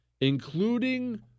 including